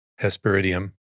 Hesperidium